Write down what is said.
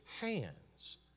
hands